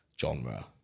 genre